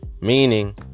meaning